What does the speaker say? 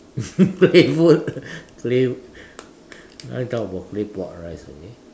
claypot clay~ now we talk about claypot rice okay